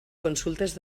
consultes